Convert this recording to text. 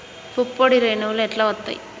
పుప్పొడి రేణువులు ఎట్లా వత్తయ్?